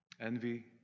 envy